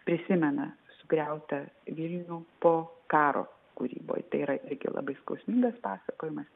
prisimena sugriautą vilnių po karo kūryboj tai yra irgi labai skausmingas pasakojimas